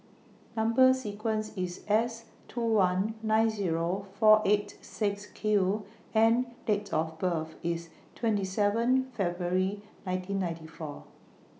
Number sequence IS S two one nine Zero four eight six Q and Date of birth IS twenty seven February nineteen ninety four